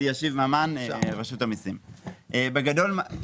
ואני אעשה הדגמה קטנה של איך זה יראה.